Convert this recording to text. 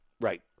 Right